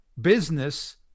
business